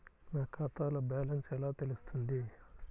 నా ఖాతాలో బ్యాలెన్స్ ఎలా తెలుస్తుంది?